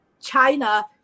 China